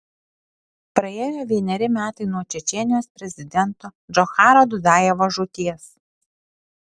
praėjo vieneri metai nuo čečėnijos prezidento džocharo dudajevo žūties